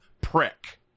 prick